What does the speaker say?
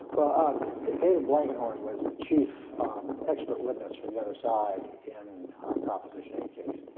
david blankenhorn was the chief expert witness for the other side in our proposition eight case.